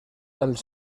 els